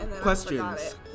questions